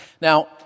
Now